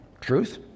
truth